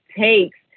takes